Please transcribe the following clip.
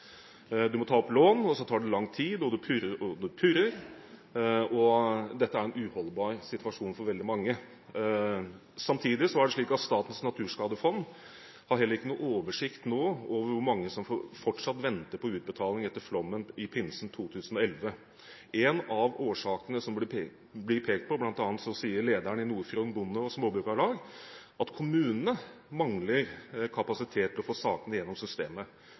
må ta opp lån, det tar lang tid, og de purrer og purrer. Dette er en uholdbar situasjon for veldig mange. Samtidig har Statens Naturskadefond heller ikke noen oversikt nå over hvor mange som fortsatt venter på utbetaling etter flommen i pinsen i 2011. Én av årsakene som det blir pekt på, og som bl.a. lederen i Nord-Fron Bonde- og Småbrukarlag nevner, er at kommunene mangler kapasitet til å få sakene gjennom systemet.